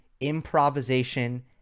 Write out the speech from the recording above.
improvisation